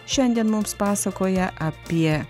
šiandien mums pasakoja apie